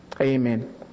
Amen